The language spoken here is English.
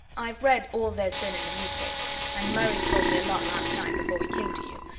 i've read all there's been in the newspapers, and murray told me a lot last night before we came to you,